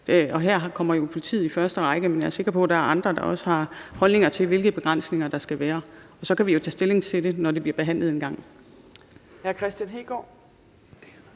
og her kommer politiet jo i første række, men jeg er sikker på, at der er andre, der også har holdninger til, hvilke begrænsninger der skal være, og så kan vi jo tage stilling til det, når det engang bliver behandlet. Kl.